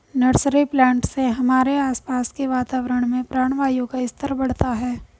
nursery plant से हमारे आसपास के वातावरण में प्राणवायु का स्तर बढ़ता है